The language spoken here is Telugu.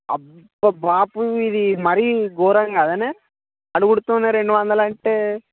అబ్బా బాపూ ఇది మరీ ఘోరం కదనే అడుగుడుతోనే రెండు వందలంటే